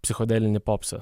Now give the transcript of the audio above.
psichodelinį popsą